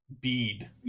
bead